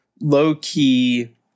low-key